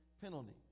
penalty